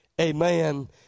Amen